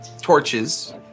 torches